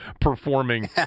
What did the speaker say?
performing